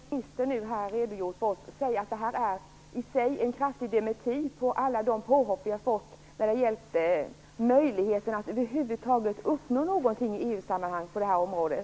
Fru talman! Det arbetsmarknadsministern nu säger är en kraftig dementi av de påhopp som vi har fått när det gäller möjligheten att över huvud taget uppnå någonting i EU-sammanhanget på det här området.